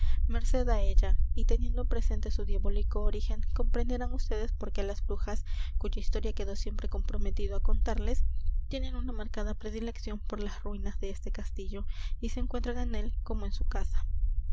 merced á ella y teniendo presente su diabólico origen comprenderán ustedes por qué las brujas cuya historia quedo siempre comprometido á contarles tienen una marcada predilección por las ruinas de este castillo y se encuentran en él como en su casa